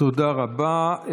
תודה רבה.